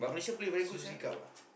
Suzuki-Cup ah